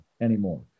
anymore